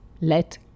Let